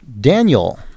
Daniel